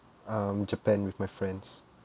um japan with my friends